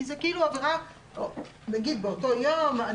כי זה למשל עבירה באותו יום.